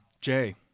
Jay